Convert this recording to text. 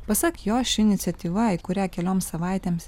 pasak jo ši iniciatyva į kurią kelioms savaitėms